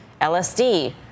LSD